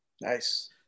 nice